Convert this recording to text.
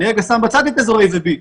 אני רגע שם בצד את אזורי A ו-B,